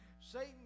Satan